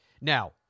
Now